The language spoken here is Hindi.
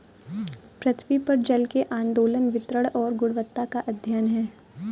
पृथ्वी पर जल के आंदोलन वितरण और गुणवत्ता का अध्ययन है